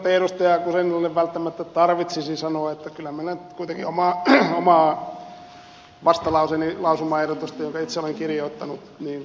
guzenina richardsonille välttämättä tarvitsisi sanoa että kyllä minä nyt kuitenkin oman vastalauseeni lausumaehdotusta jonka itse olen kirjoittanut tulen kannattamaan